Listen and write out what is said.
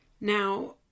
Now